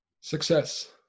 Success